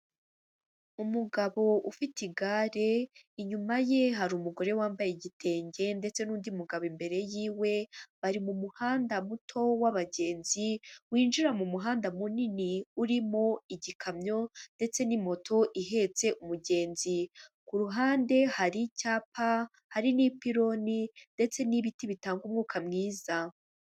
Umugabo ufite igare, inyuma ye hari umugore wambaye igitenge ndetse n'undi mugabo imbere yiwe, bari mu muhanda muto w'abagenzi winjira mu muhanda munini urimo igikamyo ndetse n'imoto ihetse umugenzi, ku ruhande hari icyapa, hari n'ipironi ndetse n'ibiti bitanga umwuka mwiza.